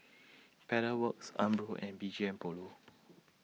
Pedal Works Umbro and B G M Polo